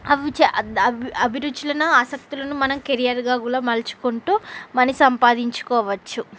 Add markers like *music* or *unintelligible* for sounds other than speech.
అవి *unintelligible* అభిరుచులను ఆశక్తులను మనం కెరియర్గా గూడా మలుచుకుంటూ మనీ సంపాదించుకోవచ్చు